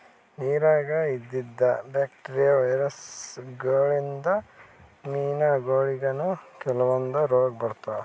ನಿರಾಗ್ ಇದ್ದಿದ್ bacteria, virus ಗೋಳಿನ್ದ್ ಮೀನಾಗೋಳಿಗನೂ ಕೆಲವಂದ್ ರೋಗ್ ಬರ್ತಾವ್